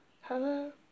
hello